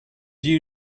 you